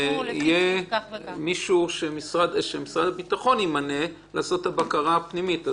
יהיה מישהו שמשרד הביטחון ימנה לעשות את הבקרה הפנימית הזאת.